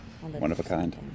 One-of-a-kind